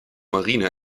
marine